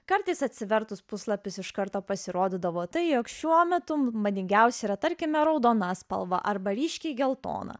kartais atsivertus puslapius iš karto pasirodydavo tai jog šiuo metu madingiausi yra tarkime raudona spalva arba ryškiai geltona